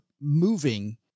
moving